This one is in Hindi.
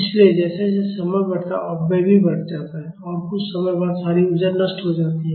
इसलिए जैसे जैसे समय बढ़ता है अपव्यय भी बढ़ता जाता है और कुछ समय बाद सारी ऊर्जा नष्ट हो जाती है